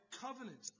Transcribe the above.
covenant